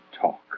talk